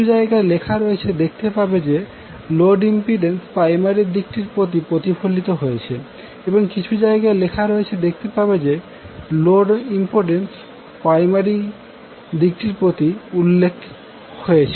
কিছু জায়গায় লেখা রয়েছে দেখতে পাবো যে লোড ইম্পিড্যান্স প্রাইমারি দিকটির প্রতি প্রতিফলিত হয়েছে এবং কিছু জায়গায় লেখা রয়েছে দেখতে পাবো যে লোড ইম্পিডেন্স প্রাইমারি দিকটির প্রতি উল্লেখ হয়েছে